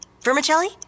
Vermicelli